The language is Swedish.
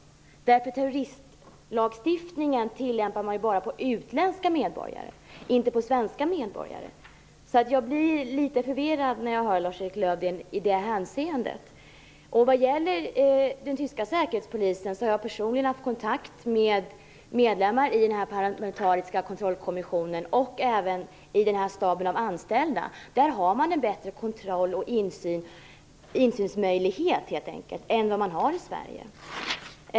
Terroristlagstiftningen tillämpar man ju bara på utländska medborgare, inte på svenska. Jag blir litet förvirrad när jag hör Lars Erik Lövdén i det hänseendet. Vad gäller den tyska säkerhetspolisen har jag personligen haft kontakt med medlemmar i den parlamentariska kontrollkommissionen och även i staben av anställda. Där har man en bättre kontroll och insynsmöjlighet än vad man har i Sverige.